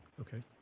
Okay